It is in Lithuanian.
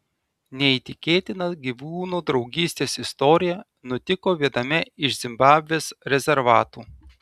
neįtikėtina gyvūnų draugystės istorija nutiko viename iš zimbabvės rezervatų